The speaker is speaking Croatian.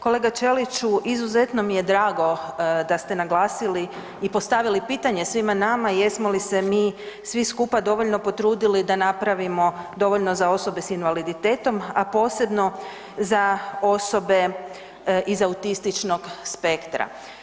Kolega Ćeliću izuzetno mi je drago da ste naglasili i postavili pitanje svima nama jesmo li se mi svi skupa dovoljno potrudili da napravimo dovoljno za osobe s invaliditetom, a posebno za osobe iz autističnog spektra.